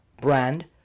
brand